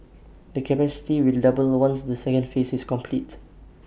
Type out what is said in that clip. the capacity will double once the second phase is complete